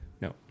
No